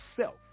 self